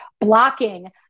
blocking